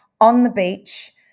on-the-beach